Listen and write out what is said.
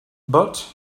but